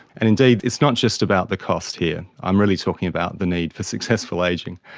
and indeed, it's not just about the cost here. i'm really talking about the need for successful ageing.